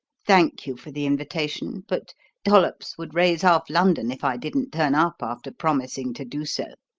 thank you for the invitation, but dollops would raise half london if i didn't turn up after promising to do so.